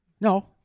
No